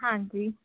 ਹਾਂਜੀ